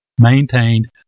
maintained